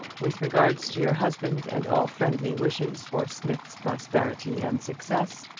with regards to your husband, and all friendly wishes for smith's prosperity and success,